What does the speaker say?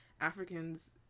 Africans